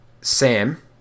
Sam